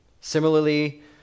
Similarly